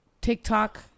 TikTok